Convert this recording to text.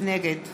נגד